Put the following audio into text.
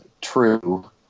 true